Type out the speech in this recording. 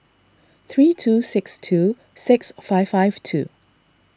three two six two six five five two